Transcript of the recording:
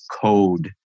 code